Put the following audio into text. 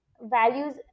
Values